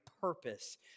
purpose